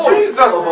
Jesus